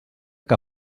que